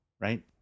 right